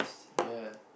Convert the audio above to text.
yeah